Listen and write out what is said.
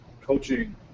coaching